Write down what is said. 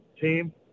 team